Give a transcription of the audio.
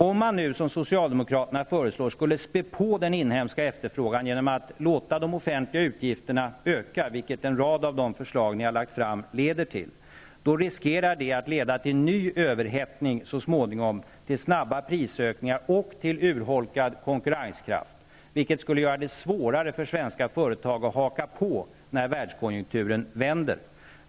Om man nu, som socialdemokraterna föreslår, skulle spä på den inhemska efterfrågan genom att låta de offentliga utgifterna öka, riskerar det att leda till ny överhettning så småningom, till snabba prisökningar och till urholkad konkurrenskraft. Det skulle göra det svårare för svenska företag att haka på när världskonjunkturen vänder.